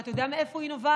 ואתה יודע מאיפה היא נובעת,